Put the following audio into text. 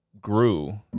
grew